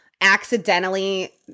accidentally